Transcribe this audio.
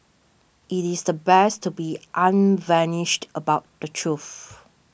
it is the best to be unvarnished about the truth